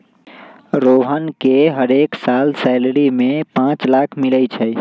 रोहन के हरेक साल सैलरी में पाच लाख मिलई छई